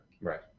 Right